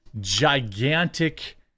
gigantic